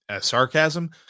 sarcasm